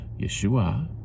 Yeshua